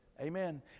Amen